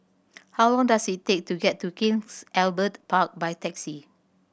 how long does it take to get to King Albert Park by taxi